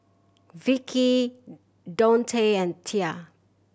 Vicki Dontae and Tia